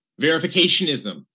verificationism